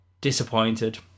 disappointed